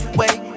wait